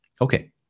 Okay